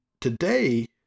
Today